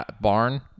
barn